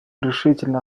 решительно